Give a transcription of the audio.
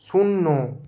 শূন্য